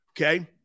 Okay